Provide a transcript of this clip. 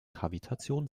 kavitation